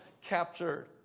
captured